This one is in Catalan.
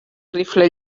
rifle